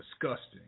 disgusting